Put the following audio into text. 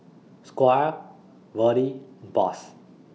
Squire Verdie and Boss